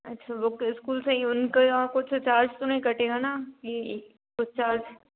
अच्छा book school से ही उनको यहाँ कुछ चार्ज तो नहीं कटेगा न जी वो चार्ज